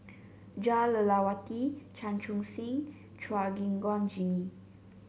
Jah Lelawati Chan Chun Sing Chua Gim Guan Jimmy